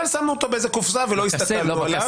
אבל שמנו אותו באיזה קופסה ולא הסתכלנו עליו.